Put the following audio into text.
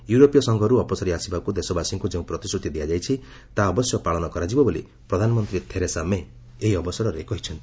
ୟୁରୋପୀୟ ସଂଘରୁ ଅପସରି ଆସିବାକୁ ଦେଶବାସୀଙ୍କୁ ଯେଉଁ ପ୍ରତିଶ୍ରତି ଦିଆଯାଇଛି ତାହା ଅବଶ୍ୟ ପାଳନ କରାଯିବ ବୋଲି ପ୍ରଧାନମନ୍ତ୍ରୀ ଥେରେସା ମେ ଏହି ଅବସରରେ କହିଛନ୍ତି